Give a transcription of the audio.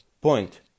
Point